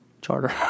Charter